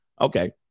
Okay